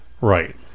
right